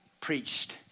preached